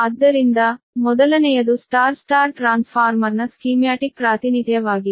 ಆದ್ದರಿಂದ ಮೊದಲನೆಯದು Y Y ಟ್ರಾನ್ಸ್ಫಾರ್ಮರ್ನ ಸ್ಕೀಮ್ಯಾಟಿಕ್ ಪ್ರಾತಿನಿಧ್ಯವಾಗಿದೆ